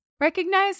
Recognize